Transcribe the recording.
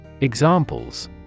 Examples